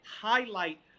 highlight